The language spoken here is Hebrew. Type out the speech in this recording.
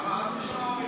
לאיזו ועדה?